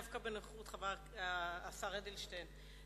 דווקא בנוכחות השר אדלשטיין,